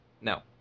No